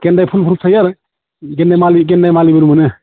गेन्दे फुलफोर थायो आरो गेन्देमालि गेन्देमालिफोर मोनो